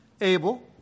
Abel